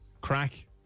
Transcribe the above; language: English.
crack